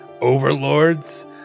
overlords